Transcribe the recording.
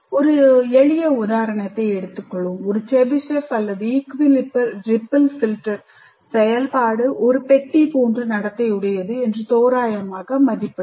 ஒரு எளிய உதாரணத்தை எடுத்துக் கொள்வோம் ஒரு Chebyshev அல்லது Equi ripple filter செயல்பாடு ஒரு பெட்டி போன்ற நடத்தை உடையது என்று தோராயமாக மதிப்பிடலாம்